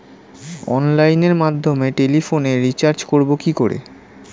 অনলাইনের মাধ্যমে টেলিফোনে রিচার্জ করব কি করে?